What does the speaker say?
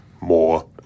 more